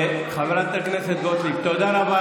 כמה אפשר?